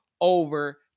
over